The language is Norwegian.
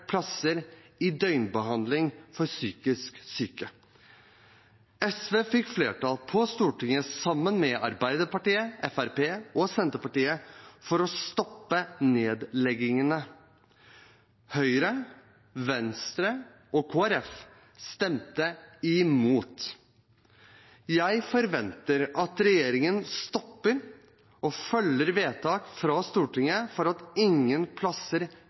plasser i døgnbehandling for psykisk syke. SV fikk flertall på Stortinget, sammen med Arbeiderpartiet, Fremskrittspartiet og Senterpartiet, for å stoppe nedleggingene. Høyre, Venstre og Kristelig Folkeparti stemte imot. Jeg forventer at regjeringen stopper og følger vedtaket fra Stortinget, slik at ingen plasser